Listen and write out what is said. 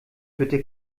bitte